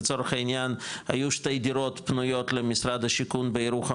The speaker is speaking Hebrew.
לצורך העניין היו שתי דירות פנויות למשרד השיכון בירוחם,